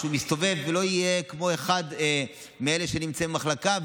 שהוא מסתובב ולא יהיה כמו אחד מאלה שנמצאים במחלקה,